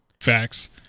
Facts